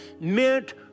meant